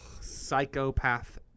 psychopath